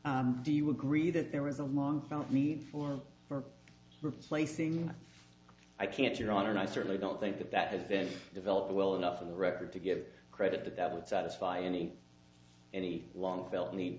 f do you agree that there was a long felt need for for replacing or i can't your honor and i certainly don't think that that has been developed well enough in the record to give credit that that would satisfy any any long fel